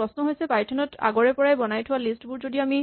প্ৰশ্ন হৈছে পাইথন ত আগৰে পৰা বনাই থোৱা লিষ্ট বোৰ আমি